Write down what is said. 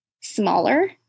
smaller